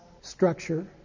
structure